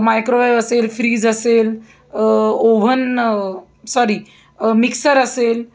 microwave असेल fridge असेल oven sorry mixer असेल